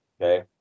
Okay